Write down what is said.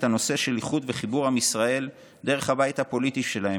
הנושא של איחוד וחיבור עם ישראל דרך הבית הפוליטי שלהם,